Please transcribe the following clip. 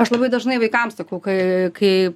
aš labai dažnai vaikams sakau kai kai